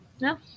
No